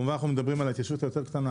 אנחנו מדברים על ההתיישבות היותר קטנה,